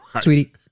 Sweetie